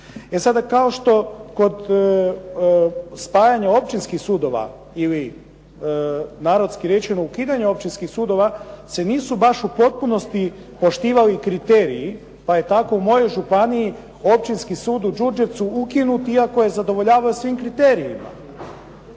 sada, kao što kod spajanja općinskih sudova ili narodski rečeno ukidanja općinskih sudova se nisu baš u potpunosti poštivali kriteriji pa je tako u mojoj županiji Općinski sud u Đurđevcu ukinut iako je zadovoljavao svim kriterijima.